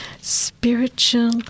Spiritual